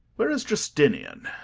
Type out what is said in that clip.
where is justinian?